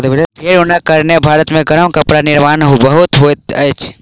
भेड़क ऊनक कारणेँ भारत मे गरम कपड़ा के निर्माण बहुत होइत अछि